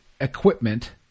equipment